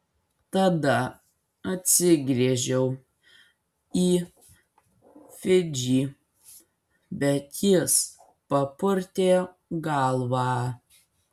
tada atsigręžiau į fidžį bet jis papurtė galvą